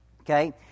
okay